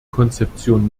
konzeption